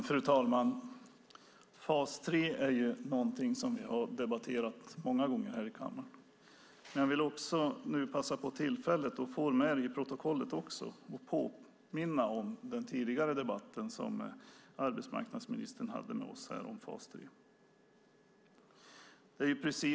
Fru talman! Fas 3 är något som vi debatterat många gånger i kammaren. Jag vill passa på tillfället att påminna om, och få med i protokollet, den tidigare debatten som arbetsmarknadsministern hade med oss om fas 3.